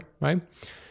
right